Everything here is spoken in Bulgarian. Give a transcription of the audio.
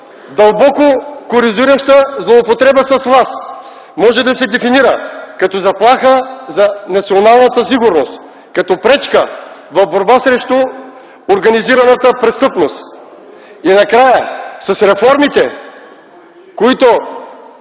дълбоко корозираща злоупотреба с власт, може да се дефинира като заплаха за националната сигурност, като пречка в борба срещу организираната престъпност. И накрая, с реформите, които